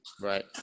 Right